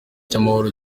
cy’amahoro